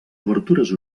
obertures